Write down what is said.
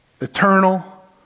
eternal